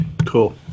cool